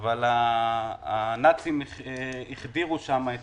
עם המוסלמים אבל הנאצים החדירו שם את